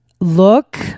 look